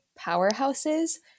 powerhouses